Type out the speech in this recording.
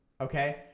okay